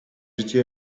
życie